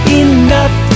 enough